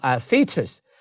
features